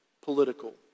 political